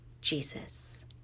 Jesus